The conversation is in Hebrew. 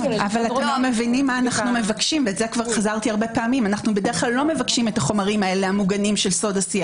אנו בדרך כלל לא מבקשים את החומרים המוגנים של סוד השיח,